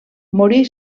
morí